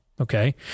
Okay